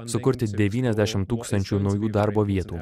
sukurti devyniasdešimt tūkstančių naujų darbo vietų